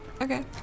Okay